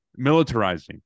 militarizing